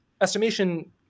estimation